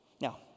Now